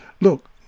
Look